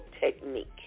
technique